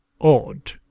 odd